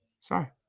Sorry